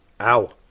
Ow